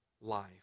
life